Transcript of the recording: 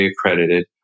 accredited